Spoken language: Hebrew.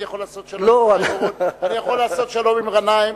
אני יכול לעשות שלום עם חיים אורון,